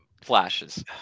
Flashes